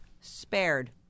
spared